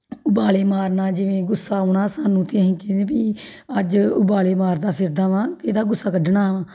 ਉਬਾਲੇ ਮਾਰਨਾ ਜਿਵੇਂ ਗੁੱਸਾ ਆਉਣਾ ਸਾਨੂੰ ਤਾਂ ਅਸੀਂ ਕਹਿੰਦੇ ਵੀ ਅੱਜ ਉਬਾਲੇ ਮਾਰਦਾ ਫਿਰਦਾ ਵਾ ਕਿਹਦਾ ਗੁੱਸਾ ਕੱਢਣਾ ਵਾ